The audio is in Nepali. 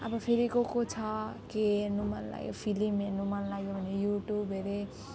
अब फेरि को को छ के हेर्न मन लाग्यो फिल्म हेर्नु मन लाग्यो भने युट्युब अरे